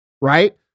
Right